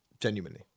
Genuinely